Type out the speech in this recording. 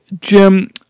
Jim